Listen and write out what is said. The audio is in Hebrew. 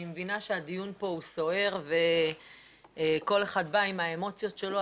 אני מבינה שהדיון פה הוא סוער וכל אחד בא עם האמוציות שלו,